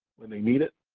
when they need it,